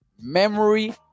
memory